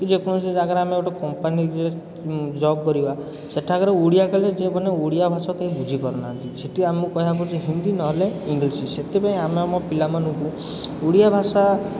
କି ଯେକୌଣସି ଜାଗାରେ ଆମେ ଗୋଟେ କମ୍ପାନୀରେ ଜବ୍ କରିବା ସେଠାକାରେ ଓଡ଼ିଆ କହିଲେ ଯେ ମାନେ ଓଡ଼ିଆ ଭାଷା କେହି ବୁଝିପାରୁନାହାନ୍ତି ସେଇଠି ଆମକୁ କହିବାକୁ ପଡ଼ୁଛି ହିନ୍ଦୀ ନହେଲେ ଇଂଲିଶ୍ ସେଥିପାଇଁ ଆମେ ଆମ ପିଲାମାନଙ୍କୁ ଓଡ଼ିଆ ଭାଷା